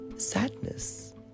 Sadness